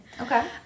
Okay